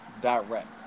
direct